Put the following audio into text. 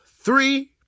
three